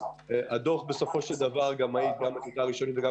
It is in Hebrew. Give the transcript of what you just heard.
הדוח בסופו של דבר גם --- הראשונית וגם